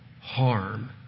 harm